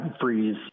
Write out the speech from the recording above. freeze